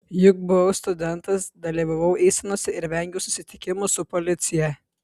juk buvau studentas dalyvavau eisenose ir vengiau susitikimų su policija